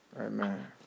Amen